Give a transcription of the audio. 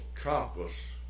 compass